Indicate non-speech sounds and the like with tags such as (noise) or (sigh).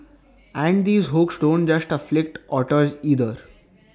(noise) and these hooks don't just afflict otters either